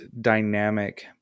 dynamic